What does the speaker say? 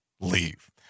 Leave